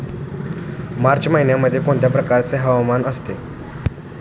मार्च महिन्यामध्ये कोणत्या प्रकारचे हवामान असते?